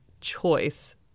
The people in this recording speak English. choice